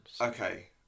Okay